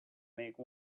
make